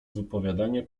wypowiadanie